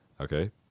Okay